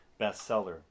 bestseller